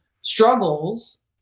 struggles